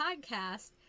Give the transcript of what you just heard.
podcast